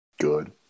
good